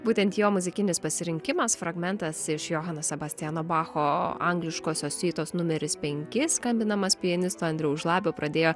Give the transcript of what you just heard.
būtent jo muzikinis pasirinkimas fragmentas iš johano sebastiano bacho angliškosios siuitos numeris penki skambinamas pianisto andriaus žlabio pradėjo